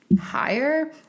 higher